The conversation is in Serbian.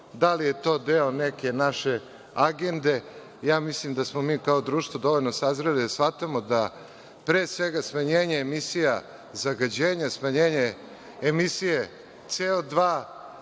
da li je to deo neke naše agende. Mislim da smo mi, kao društvo, dovoljno sazreli da shvatimo da, pre svega, smanjenje emisija zagađenja, smanjenja emisije CO2